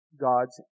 God's